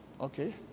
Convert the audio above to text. Okay